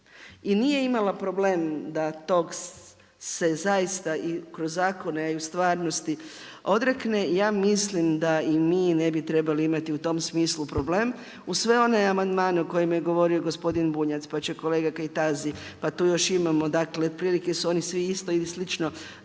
i nije imala problem da tog se zaista kroz zakone, a i u stvarnosti odrekne. Ja mislim da i mi ne bi trebali imati u tom smislu problem, uz sve one amandmane o kojima je govorio gospodin Bunjac, pa će kolega Kajtazi pa tu još imamo dakle otprilike su oni svi isto ili slično